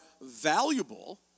valuable